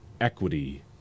equity